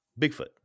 Bigfoot